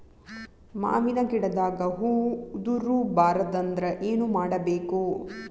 ಮಾವಿನ ಗಿಡದಾಗ ಹೂವು ಉದುರು ಬಾರದಂದ್ರ ಏನು ಮಾಡಬೇಕು?